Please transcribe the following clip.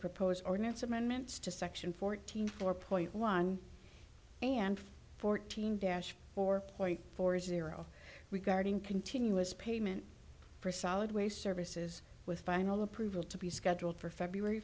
proposed ordinance amendments to section fourteen four point one and fourteen dash four point four zero regarding continuous payment for solid waste services with final approval to be scheduled for february